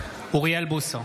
אוריאל בוסו,